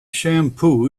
shampoo